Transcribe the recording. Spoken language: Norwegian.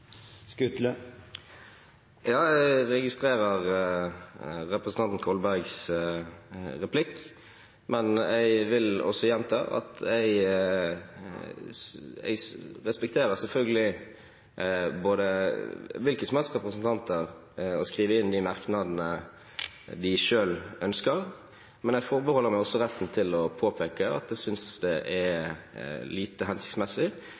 Jeg registrerer representanten Kolbergs replikk. Jeg vil gjenta at jeg selvfølgelig respekterer at hvilke som helst representanter kan skrive inn de merknadene de selv ønsker, men jeg forbeholder meg også retten til å påpeke at jeg synes det er lite hensiktsmessig,